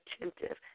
attentive